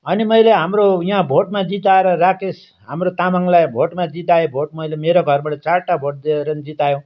अनि मैले हाम्रो यहाँ भोटमा जिताएर राकेस हाम्रो तामाङलाई भोटमा जिताए भोट मैले मेरो घरबाट चारवटा भोट दिएर पनि जितायौँ